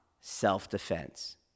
self-defense